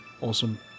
awesome